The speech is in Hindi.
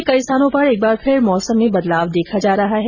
प्रदेश में कई स्थानों पर एक बार फिर मौसम में बदलाव देखा जा रहा है